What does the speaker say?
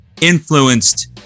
influenced